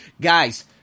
Guys